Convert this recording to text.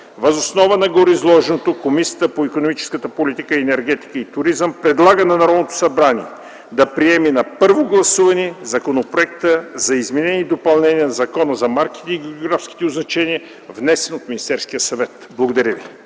Въз основа на гореизложеното Комисията по икономическата политика, енергетика и туризъм предлага на Народното събрание да приеме на първо гласуване Законопроекта за изменение и допълнение на Закона за марките и географските означения, внесен от Министерския съвет.” Благодаря ви.